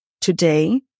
today